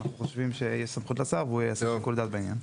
אנחנו חושבים שיהיו סמכויות לשר והוא יעשה שיקול דעת בעניין.